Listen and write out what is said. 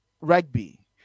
rugby